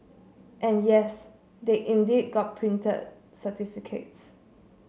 and yes they indeed got printed certificates